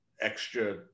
extra